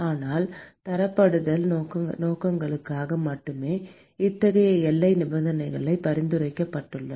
ஆனால் தரப்படுத்தல் நோக்கங்களுக்காக மட்டுமே இத்தகைய எல்லை நிபந்தனைகள் பரிந்துரைக்கப்பட்டுள்ளன